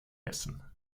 essen